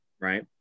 right